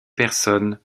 personnes